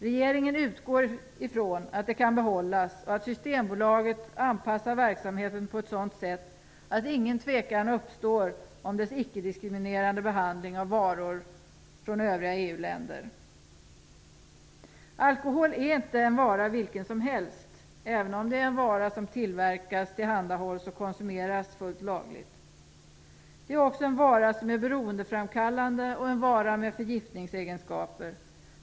Regeringen utgår från att det kan behållas och att Systembolaget anpassar verksamheten på ett sådant sätt att ingen tvekan uppstår om dess ickediskriminerande behandling av varor från övriga EU Alkohol är inte en vara vilken som helst, även om det är en vara som tillverkas, tillhandahålls och konsumeras fullt lagligt. Det är också en vara som är beroendeframkallande och en vara med förgiftningsegenskaper.